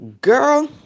Girl